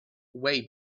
way